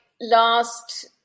last